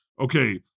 Okay